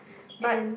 but